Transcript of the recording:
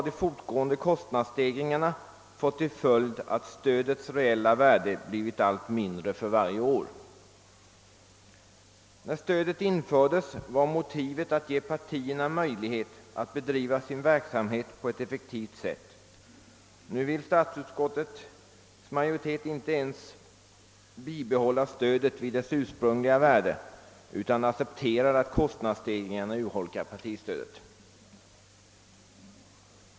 De fortgående kostnadsstegringarna har emellertid fått till följd att stödets reella värde blivit allt mindre för varje år. När stödet infördes var motivet att ge partierna möjlighet att bedriva sin verksamhet på ett effektivt sätt. Nu vill statsutskottets majoritet inte ens bibehålla stödet vid dess ursprungliga värde utan accepterar att kostnadsstegringarna urholkar detta.